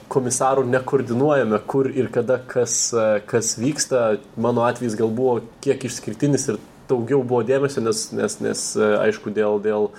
komisarų nekoordinuojame kur ir kada kas kas vyksta mano atvejis gal buvo kiek išskirtinis ir daugiau buvo dėmesio nes nes nes aišku dėl dėl